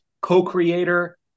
co-creator